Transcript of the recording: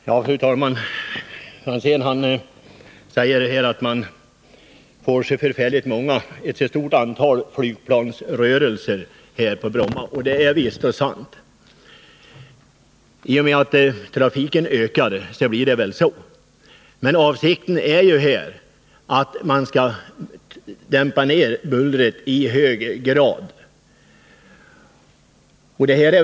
Fru talman! Tommy Franzén säger här att det förekommer ett stort antal flygplansrörelser på Bromma, och det är visst och sant. I och med att trafiken ökar blir det så. Men avsikten är ju att bullret i hög grad skall dämpas.